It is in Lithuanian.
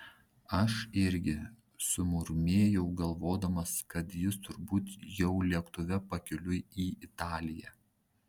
aš irgi sumurmėjau galvodamas kad jis turbūt jau lėktuve pakeliui į italiją